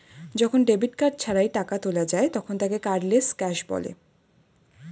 যখন debit card ছাড়াই টাকা তোলা যায় তখন তাকে কার্ডলেস ক্যাশ বলে